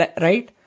Right